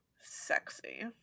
sexy